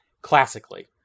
classically